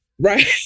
Right